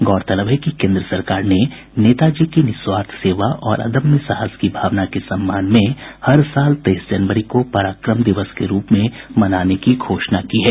गौरतलब है कि केन्द्र सरकार ने नेताजी की निस्वार्थ सेवा और अदम्य साहस की भावना के सम्मान में हर साल तेईस जनवरी को पराक्रम दिवस के रूप में मनाने की घोषणा की है